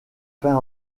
peint